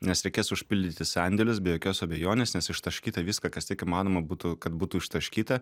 nes reikės užpildyti sandėlius be jokios abejonės nes ištaškyta viską kas tik įmanoma būtų kad būtų ištaškyta